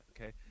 Okay